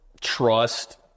trust